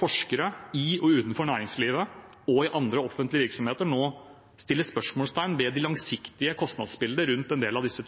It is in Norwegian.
forskere – både i og utenfor næringslivet og i offentlige virksomheter – nå stiller spørsmål ved det langsiktige kostnadsbildet rundt en del av disse